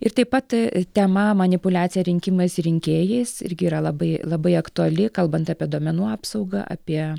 ir taip pat tema manipuliacija rinkimais ir rinkėjais irgi yra labai labai aktuali kalbant apie duomenų apsaugą apie